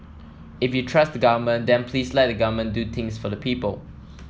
if you trust the Government then please let the Government do things for the people